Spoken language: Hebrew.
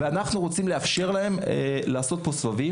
אנחנו רוצים לאפשר להם לעשות פה סבבים.